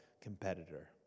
competitor